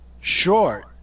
short